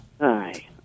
Hi